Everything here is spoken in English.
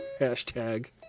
Hashtag